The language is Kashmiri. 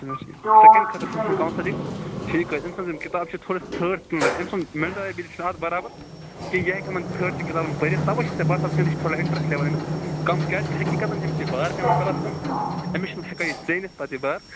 سیکنٛڈ خٲطرٕ چھِ أمۍ سٕنٛز کونٛسلِنٛگ ٹھیٖک حظ أمۍ سٕنٛز یِم کِتاب چھِ تھوڑا تھٲڈ أمۍ سُنٛد میٚنٛٹَل ایٚبٕلٹی چھَنہٕ اَتھ بَرابر کِہیٖنٛۍ یہِ ہیٚکہِ یِمَن تھٲڈچہِ کِتابَن پٔرِتھ تَوَے چھُے ژیٚے باسان وُنکیٚنَس یہِ چھُ تھوڑا اِنٹرٛیسٹ لیٚوٕل أمِس کَم کیٛازِکہِ حٔقیٖقَتَن چھُ أمِس یہِ بار پٮ۪وان کَلَس پیٚٹھ أمِس چھُنہٕ ہیٚکان یہِ ژیٖنِتھ پتہٕ یہِ بار